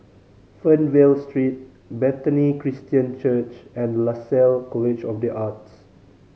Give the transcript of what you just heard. Fernvale Street Bethany Christian Church and Lasalle College of The Arts